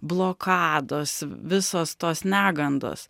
blokados visos tos negandos